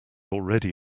already